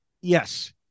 Yes